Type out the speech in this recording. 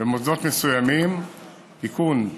במוסדות מסוימים (תיקון,